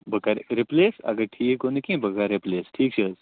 بہٕ کَرٕ رِپلیس اگر ٹھیٖک گوٚو نہٕ کیٚنہہ بہٕ کَرٕ رِپلیس ٹھیٖک چھِ حظ